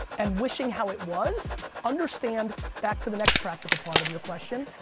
and wishing how it was, understand, back to the next practical part of your question,